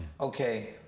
Okay